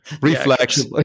Reflex